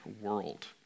world